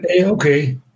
Okay